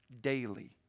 daily